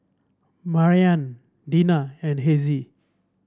Maryann Dinah and Hezzie